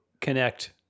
connect